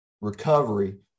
recovery